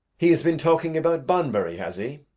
he has been talking about bunbury, has he?